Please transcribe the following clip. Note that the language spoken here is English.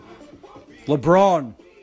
LeBron